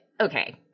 okay